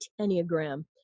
Enneagram